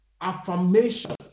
affirmation